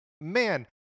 Man